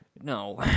no